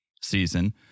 season